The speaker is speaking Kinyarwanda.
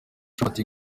ati